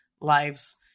lives